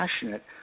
passionate